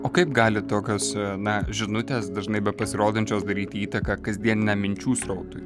o kaip gali tokios na žinutės dažnai bepasirodančios daryti įtaką kasdieniniam minčių srautui